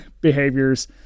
behaviors